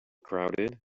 crowded